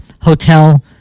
hotel